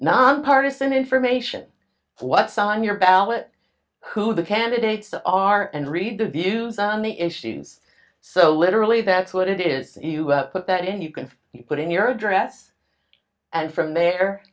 nonpartisan information what's on your ballot who the candidates are and read the views on the issues so literally that's what it is you put that in you can put in your address and from there